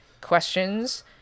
questions